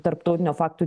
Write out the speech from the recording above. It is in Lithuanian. tarptautinio faktų